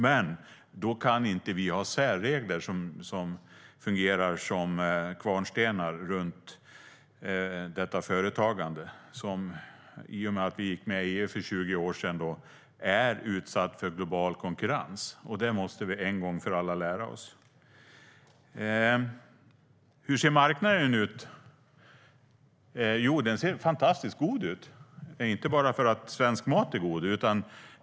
Men då kan vi inte ha särregler som fungerar som kvarnstenar runt detta företagande, som i och med att vi gick med i EU för 20 år sedan är utsatt för global konkurrens. Det måste vi en gång för alla lära oss. Hur ser marknaden ut? Jo, den ser fantastiskt god ut, inte bara för att svensk mat är god.